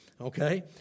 okay